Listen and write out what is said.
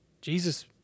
Jesus